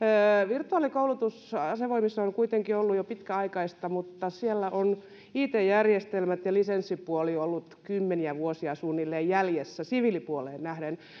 virtuaalikoulutus asevoimissa on on kuitenkin ollut jo pitkäaikaista mutta siellä ovat it järjestelmät ja lisenssipuoli olleet kymmeniä vuosia suunnilleen jäljessä siviilipuoleen nähden